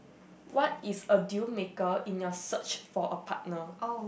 what is a dealmaker in your search for a partner